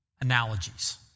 analogies